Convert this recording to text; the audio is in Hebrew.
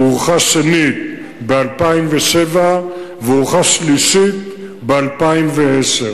הוארכה שנית ב-2007 ובשלישית ב-2010.